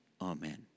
Amen